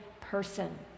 person